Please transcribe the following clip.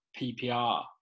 PPR